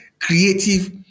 creative